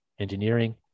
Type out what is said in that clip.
engineering